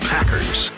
Packers